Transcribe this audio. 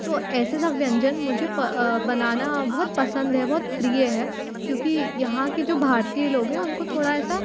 तो ऐसे सब व्यंजन मुझे बनाना बहुत पसंद है बहुत प्रिय है क्योंकि यहाँ के जो भारतीय लोग हैं उनको थोड़ा ऐसा